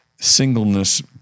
singleness